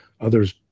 Others